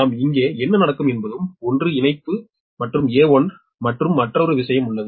நாம் இங்கே என்ன நடக்கும் என்பதும் 1 இணைப்பு மற்றும் A1 மற்றும் மற்றொரு விஷயம் உள்ளது